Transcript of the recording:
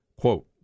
quote